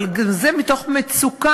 אבל זה מתוך מצוקה.